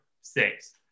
six